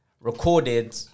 recorded